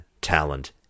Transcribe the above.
talent